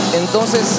Entonces